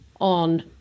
on